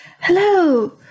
Hello